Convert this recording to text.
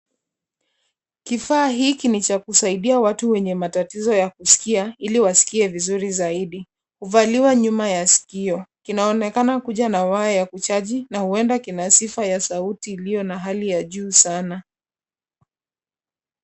Kifaa hiki ni cha kusaidia watu wenye matatizo ya kusikia ili wasikie vizuri zaidi. Huvaliwa nyuma ya sikio. Kinaonekana kuwa na waya ya kuchaji na huenda kina sifa ya sauti iliyo na hali ya juu sana.